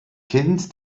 kind